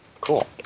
cool